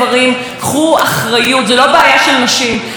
יש תוכנית שמשרדי הממשלה יחד עשו,